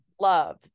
Love